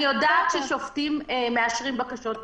אני יודעת ששופטים מאשרים בקשות,